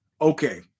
Okay